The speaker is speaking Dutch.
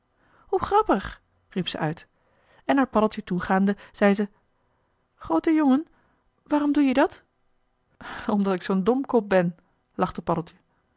hoe grappig riep ze uit en naar paddeltje toegaande zei ze groote jongen waarom doe je dat omdat ik zoo'n domkop ben lachte